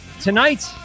Tonight